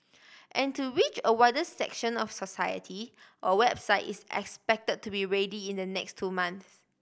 and to reach a wider section of society a website is expected to be ready in the next two months